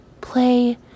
play